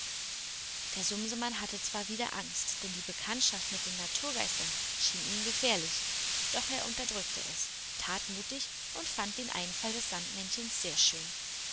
der sumsemann hatte zwar wieder angst denn die bekanntschaft mit den naturgeistern schien ihm gefährlich doch er unterdrückte es tat mutig und fand den einfall des sandmännchens sehr schön